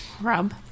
Rob